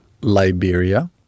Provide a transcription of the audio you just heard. Liberia